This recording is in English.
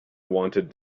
wanted